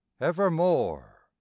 evermore